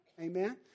Amen